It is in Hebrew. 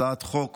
הצעת חוק